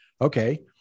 Okay